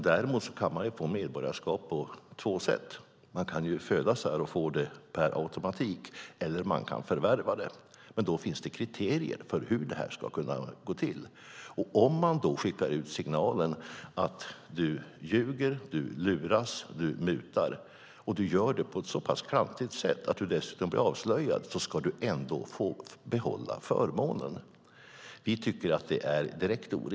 Däremot kan man få medborgarskap på två sätt. Man kan födas här och få det per automatik eller så kan man förvärva det. Men då finns det kriterier för hur det ska gå till. Vi tycker att det är helt orimligt att skicka ut signalen att om man ljuger, luras och mutar och gör det på ett så pass klantigt sätt att man dessutom blir avslöjad ska man ändå få behålla förmånen.